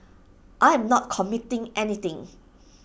I am not committing anything